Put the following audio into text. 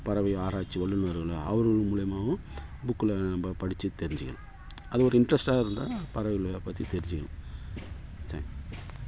பறவை ஆராய்ச்சி வல்லுனர்களாக அவருங்க மூலிமாவும் புக்கில் நம்ம படித்து தெரிஞ்சுக்கலாம் அது ஒரு இன்ட்ரஸ்ட்டாக இருந்தால் பறவைகளை பற்றி தெரிஞ்சுக்கலாம் சரி